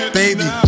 baby